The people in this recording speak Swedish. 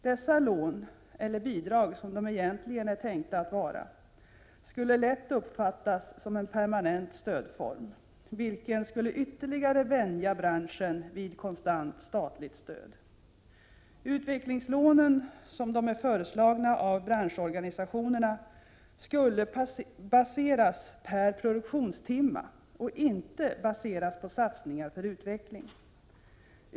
Dessa lån — eller bidrag som de egentligen är tänkta att vara — skulle lätt uppfattas som en permanent stödform, vilken skulle ytterligare vänja branschen vid konstant statligt stöd. Utvecklingslånen, som de är föreslagna av branschorganisationerna, skulle baseras per produktionstimma och inte baseras på satsningar för utveckling.